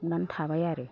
नांथाबाय आरो